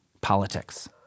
politics